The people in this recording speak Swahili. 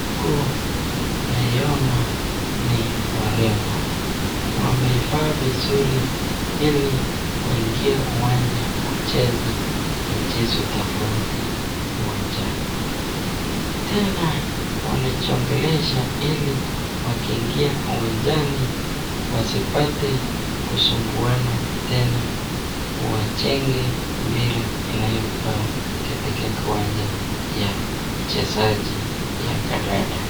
Huku naiona ni warembo. Wameivaa vizuri hili waingie kiwanja kucheza mchezo tofauti uwanjani. Tena wanajiongelesha ili wakiingia kiwanjani wasipate kusumbuana tena wajenge mpira inayovaa katika kiwanja ya uchezaji ya kandanda.